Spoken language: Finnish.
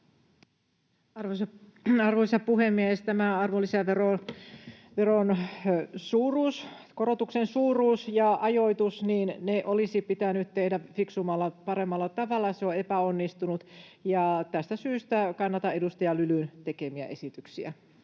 Arvoisa puhemies! Tämä arvonlisäveron suuruus, korotuksen suuruus ja ajoitus, ne olisi pitänyt tehdä fiksummalla, paremmalla tavalla. Se on epäonnistunut. Tästä syystä kannatan edustaja Lylyn tekemiä esityksiä.